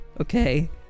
Okay